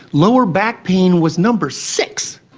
lower back pain was number six.